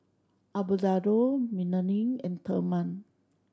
Abelardo Melanie and Therman